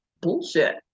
bullshit